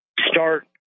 start